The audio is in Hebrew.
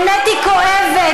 האמת היא כואבת.